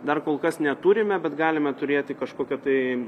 dar kol kas neturime bet galime turėti kažkokią tai